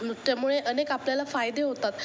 नृत्यामुळे अनेक आपल्याला फायदे होतात